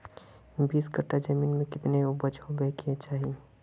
बीस कट्ठा जमीन में कितने उपज होबे के चाहिए?